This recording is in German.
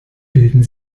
bilden